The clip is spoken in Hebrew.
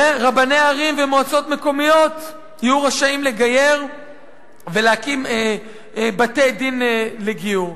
ורבני ערים ומועצות מקומיות יהיו רשאים לגייר ולהקים בתי-דין לגיור.